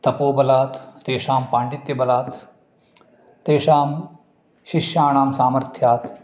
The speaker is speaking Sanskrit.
तपोबलात् तेषां पाण्डित्यबलात् तेषां शिष्यणां सामर्थ्यात्